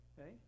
okay